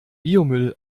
biomüll